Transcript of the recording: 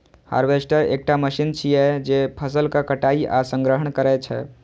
harvester एकटा मशीन छियै, जे फसलक कटाइ आ संग्रहण करै छै